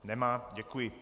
Nemá, děkuji.